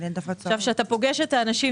כשאתה פוגש את האנשים,